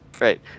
Right